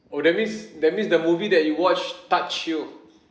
oh that means that means the movie that you watched touched you